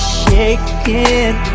shaking